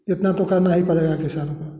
इतना तो करना ही पड़ेगा किसानों को